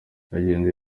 yagenze